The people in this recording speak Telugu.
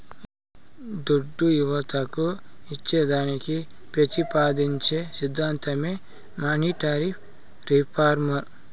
దుడ్డు యువతకు ఇచ్చేదానికి పెతిపాదించే సిద్ధాంతమే మానీటరీ రిఫార్మ్